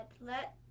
let